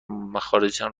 مخارجشان